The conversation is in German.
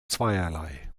zweierlei